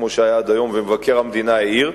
כמו שהיה עד היום ומבקר המדינה העיר.